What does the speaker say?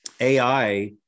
AI